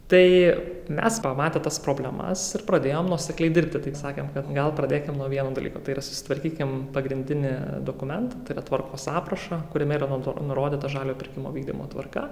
tai mes pamatę tas problemas ir pradėjom nuosekliai dirbti taip sakant kad gal pradėkim nuo vieno dalyko tai yra susitvarkykim pagrindinį dokumentą tvarkos aprašą kuriame yra nu nurodyta žaliojo pirkimo vykdymo tvarka